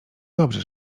dobrze